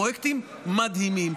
פרויקטים מדהימים,